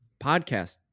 podcast